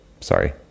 sorry